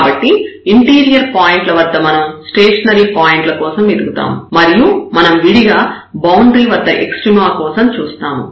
కాబట్టి ఇంటీరియర్ పాయింట్ల వద్ద మనం స్టేషనరీ పాయింట్ల కోసం వెతుకుతాము మరియు మనం విడిగా బౌండరీ వద్ద ఎక్స్ట్రీమా కోసం చూస్తాము